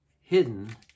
hidden